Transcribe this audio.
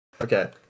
Okay